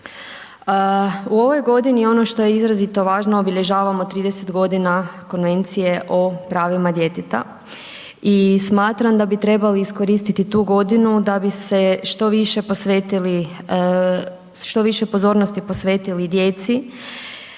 U ovoj godini ono što je izrazito važno obilježavamo 30 godina Konvencije o pravima djeteta i smatram da bi trebali iskoristiti tu godinu da bi se što više posvetili,